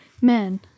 men